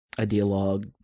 ideologue